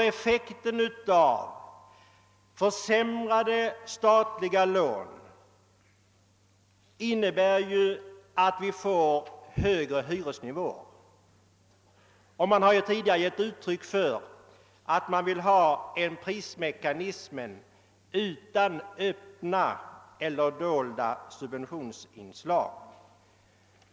Effekten av försämrade statliga lån blir nämligen att vi får en högre hyresnivå, man har ju tidigare gett uttryck för uppfattningen att man vill ha en prismekanism »utan öppna eller dolda subventionsinslag«.